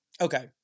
okay